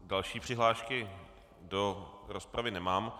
Další přihlášky do rozpravy nemám.